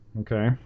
Okay